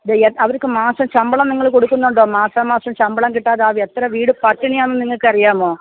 അവർക്ക് മാസം ശമ്പളം നിങ്ങള് കൊടുക്കുന്നുണ്ടോ മാസാമാസം ശമ്പളം കിട്ടാതെ ആകെ എത്ര വീട് പട്ടിണിയാണെന്നു നിങ്ങള്ക്കറിയാമോ